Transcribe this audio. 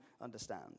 understand